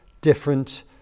different